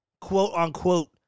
quote-unquote